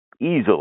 easily